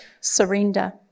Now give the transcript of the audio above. surrender